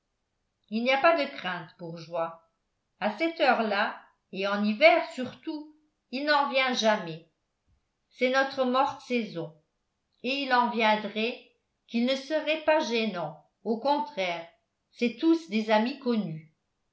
il n'y a pas de crainte bourgeois à cette heure-là et en hiver surtout il n'en vient jamais c'est notre morte saison et il en viendrait qu'ils ne seraient pas gênants au contraire c'est tous des amis connus